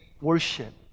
worship